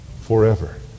forever